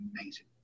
amazing